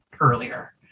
earlier